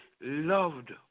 loved